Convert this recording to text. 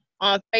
on